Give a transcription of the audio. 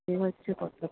এই হচ্ছে কথা